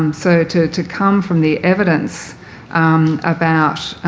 um so to to come from the evidence about